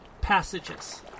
passages